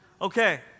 Okay